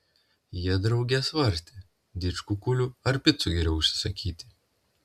jie drauge svarstė didžkukulių ar picų geriau užsisakyti